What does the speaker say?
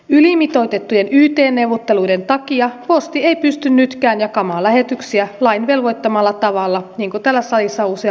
ylimitoitettujen yt neuvotteluiden takia posti ei pysty nytkään jakamaan lähetyksiä lain velvoittamalla tavalla niin kuin täällä salissa on useampaan otteeseen todettu